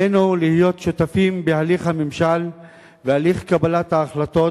עלינו להיות שותפים בהליך הממשל והליך קבלת ההחלטות.